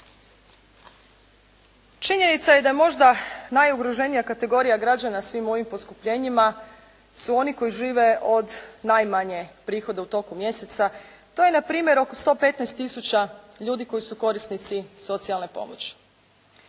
Činjenica je da možda najugroženija kategorija građana u svim ovim poskupljenjima su oni koji žive od najmanje prihoda u toku mjeseca. To je na primjer oko 115 tisuća ljudi koji su korisnici socijalne pomoći.